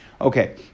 Okay